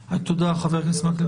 חבר הכנסת מקלב,